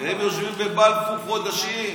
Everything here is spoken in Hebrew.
והם יושבים בבלפור חודשים.